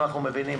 אנחנו מבינים,